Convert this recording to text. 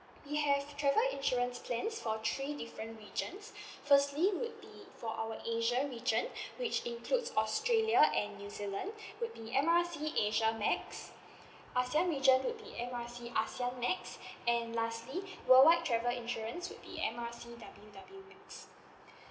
we have travel insurance plans for three different regions firstly would be for our asia region which includes australia and new zealand would be M R C asia max ASEAN region would be M R C ASEAN max and lastly worldwide travel insurance would be M R C W W max